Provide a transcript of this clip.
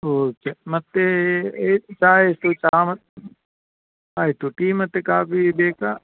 okay ಮತ್ತು ಚಾ ಎಷ್ಟು ಚಾ ಆಯಿತು ಟೀ ಮತ್ತು ಕಾಫಿ ಬೇಕಾ